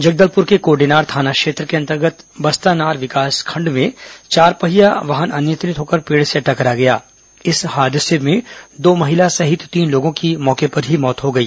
जगदलपुर के कोडेनार थाना क्षेत्र के अंतर्गत बस्तानार ब्लॉक में चार पहिया एक वाहन अनियंत्रित होकर पेड़ से टकरा गया इस हादसे में दो महिला सहित तीन लोगों की मौके पर ही मौत हो गई